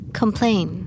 complain